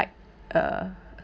uh